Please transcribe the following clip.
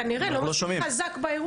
כנראה לא מספיק חזק.